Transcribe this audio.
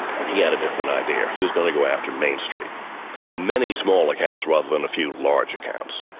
and he had a different idea. he was going to go after mainstreet many small accounts, rather than a few large accounts.